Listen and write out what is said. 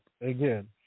again